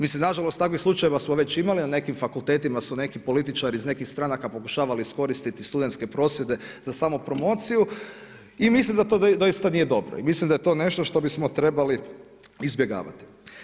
Mislim nažalost takvih slučajeva smo već imali na nekim fakultetima su neki političari iz nekih stranaka pokušavali iskoristiti studentske prosvjede za samopromociju i mislim da to doista nije dobro i mislim da je to nešto što bismo trebali izbjegavati.